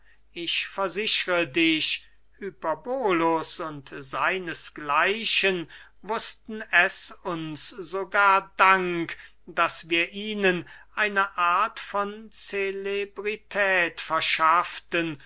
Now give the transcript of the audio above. ich versichre dich hyperbolus und seines gleichen wußten es uns sogar dank daß wir ihnen eine art von celebrität verschafften